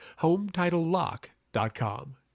HomeTitleLock.com